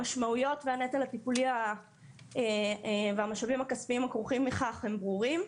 המשמעויות והנטל הטיפולי והמשאבים הכספיים הכרוכים בכך הם ברורים.